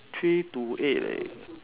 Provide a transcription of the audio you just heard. three to eight leh